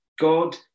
God